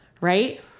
right